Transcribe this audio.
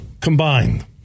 combined